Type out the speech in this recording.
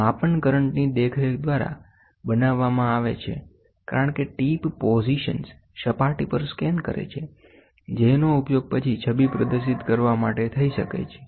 માપન કરંટની દેખરેખ દ્વારા બનાવવામાં આવે છે કારણ કે ટીપ પોઝિશન્સ સપાટી પર સ્કેન કરે છ જેનો ઉપયોગ પછી છબી પ્રદર્શિત કરવા માટે થઈ શકે છે